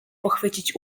pochwycić